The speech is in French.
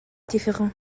différents